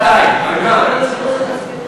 האדי, האדי, האדי שווי.